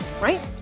right